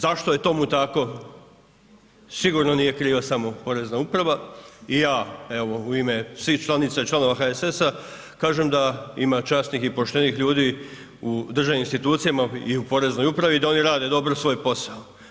Zašto je tomu tako sigurno nje kriva samo Porezna uprava i ja evo u ime svih članica i članova HSS-a kažem da ima časnih i poštenih ljudi u državnim institucijama i u Poreznoj upravi i da oni rade dobro svoj posao.